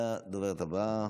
הדוברת הבאה,